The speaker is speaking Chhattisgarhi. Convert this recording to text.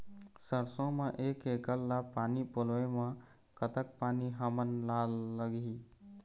सरसों म एक एकड़ ला पानी पलोए म कतक पानी हमन ला लगही?